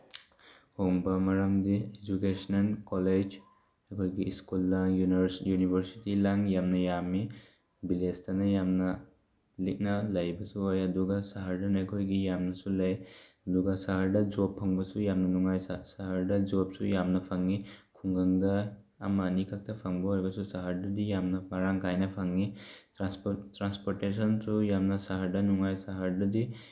ꯍꯣꯡꯕ ꯃꯔꯝꯗꯤ educational college ꯑꯩꯈꯣꯏꯒꯤ ꯁ꯭ꯀꯨꯜꯗ ꯌꯨꯅꯤꯚꯔꯁꯤꯇꯤ ꯂꯥꯡ ꯌꯥꯝꯅ ꯌꯥꯝꯃꯤ ꯚꯤꯂꯦꯖꯇꯅ ꯌꯥꯝꯅ ꯂꯤꯛꯅ ꯂꯩꯕꯁꯨ ꯑꯣꯏ ꯑꯗꯨꯒ ꯁꯍꯔꯗꯅ ꯑꯩꯈꯣꯏꯒꯤ ꯌꯥꯝꯅꯁꯨ ꯂꯩ ꯑꯗꯨꯒ ꯁꯍꯔꯗ ꯖꯣꯕ ꯐꯪꯕꯁꯨ ꯌꯥꯝꯅ ꯅꯨꯡꯉꯥꯏ ꯁꯍꯔꯗ ꯖꯣꯕꯁꯨ ꯌꯥꯝꯅ ꯐꯪꯏ ꯈꯨꯡꯒꯪꯗ ꯑꯃ ꯑꯅꯤ ꯈꯛꯇ ꯐꯪꯕ ꯑꯣꯏꯔꯒꯁꯨ ꯁꯍꯔꯗꯗꯤ ꯌꯥꯝꯅ ꯃꯔꯥꯡ ꯀꯥꯏꯅ ꯐꯪꯏ ꯇ꯭ꯔꯥꯟꯁꯄꯣꯔꯇꯦꯁꯟꯁꯨ ꯌꯥꯝꯅ ꯁꯍꯔꯗ ꯅꯨꯡꯉꯥꯏ ꯁꯍꯔꯗꯗꯤ